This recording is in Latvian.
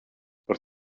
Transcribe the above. par